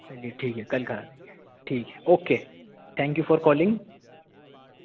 چلیے ٹھیک ہے کل کرا دیں گے ٹھیک ہے okay thank you for calling